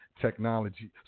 technology